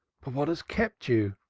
what has kept you?